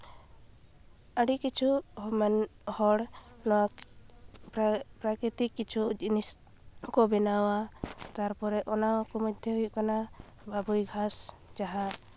ᱟᱹᱰᱤ ᱠᱤᱪᱷᱩ ᱦᱚᱲ ᱚᱱᱟ ᱯᱨᱟᱠᱨᱤᱛᱤᱠ ᱠᱤᱪᱷᱩ ᱡᱤᱱᱤᱥ ᱠᱚ ᱵᱮᱱᱟᱣᱟ ᱛᱟᱨᱚᱯᱚᱨᱮ ᱚᱱᱟ ᱠᱚ ᱢᱚᱫᱽᱫᱷᱮ ᱦᱩᱭᱩᱜ ᱠᱟᱱᱟ ᱵᱟᱵᱩᱭ ᱜᱷᱟᱸᱥ ᱡᱟᱦᱟᱸ